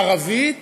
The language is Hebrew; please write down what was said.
בערבית